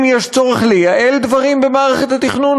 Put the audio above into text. אם יש צורך לייעל דברים במערכת התכנון,